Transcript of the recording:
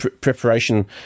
preparation